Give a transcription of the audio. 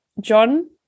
John